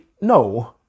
no